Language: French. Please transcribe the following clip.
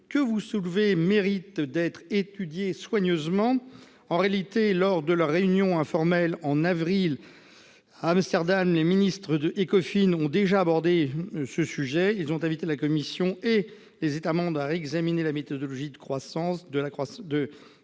que vous soulevez mérite d'être étudiée soigneusement. En réalité, lors de leur réunion informelle en avril à Amsterdam, les ministres ECOFIN ont déjà abordé ce sujet. Ils ont invité la Commission et les États membres à réexaminer la méthodologie de calcul